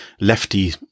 lefty